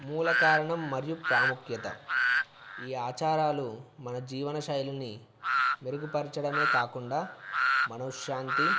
మూల కారణం మరియు ప్రాముఖ్యత ఈ ఆచారాలు మన జీవన శైలిని మెరుగుపరచడమే కాకుండా మనశ్శాంతి